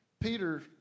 Peter